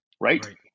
right